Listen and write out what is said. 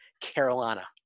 Carolina